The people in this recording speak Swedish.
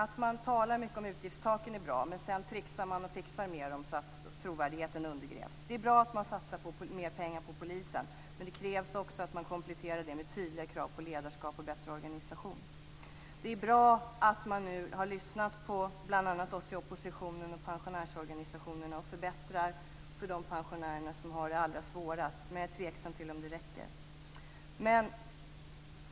Att man talar mycket om utgiftstaken är bra, men sedan tricksar och fixar man med dem så att trovärdigheten undergrävs. Det är bra att man satsar mer pengar på polisen, men det krävs också en komplettering med tydliga krav på ledarskap och bättre organisation. Det är bra att man nu har lyssnat på bl.a. oss i oppositionen och på pensionärsorganisationerna och förbättrar för de pensionärer som har det allra svårast, men jag är tveksam till om det räcker.